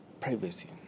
privacy